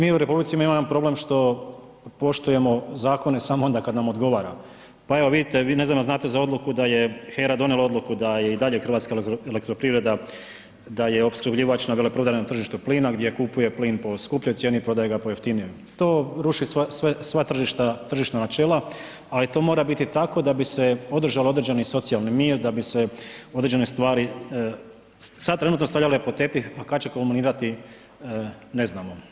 Mi u republici imamo jedan problem što poštujemo zakone samo onda kad nam odgovara pa evo vidite, vi ne znam jel znate za odluku da je HERA donijela odluku da i dalje HEP, da je opskrbljivač na veleprodajnom tržištu plina gdje kupuje plin po skupljoj cijeni, prodaje ga po jeftinijoj, to ruši sva tržišna načela ali to mora biti tako da bi se održao određeni socijalni mir, da bi se određene stvari sad trenutno stavljale pod tepih, a kad će kulminirati, ne znamo, hvala.